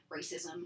racism